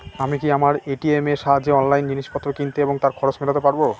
আমি কি আমার এ.টি.এম এর সাহায্যে অনলাইন জিনিসপত্র কিনতে এবং তার খরচ মেটাতে পারব?